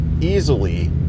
easily